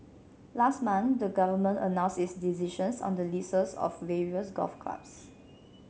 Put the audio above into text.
last month the Government announced its decisions on the leases of various golf clubs